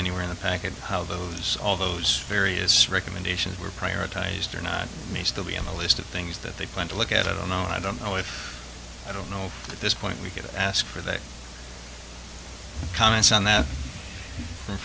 anywhere in the packet how those all those farias recommendations were prioritized or not may still be on the list of things that they plan to look at it all now i don't know if i don't know at this point we can ask for their comments on that